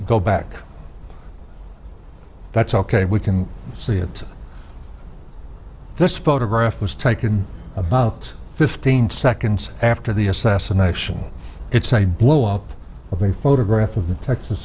go back that's ok we can see it this photograph was taken about fifteen seconds after the assassination it's a blowup of a photograph of the texas